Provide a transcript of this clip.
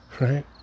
Right